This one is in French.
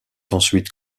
ensuite